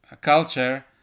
culture